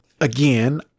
again